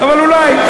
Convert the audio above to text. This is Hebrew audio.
אבל אולי.